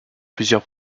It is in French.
plusieurs